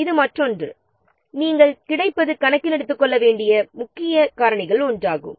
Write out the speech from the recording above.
எனவே இது நாம் எடுத்துக்கொள்ள வேண்டிய மிக முக்கிய காரணிகளில் ஒன்றாகும்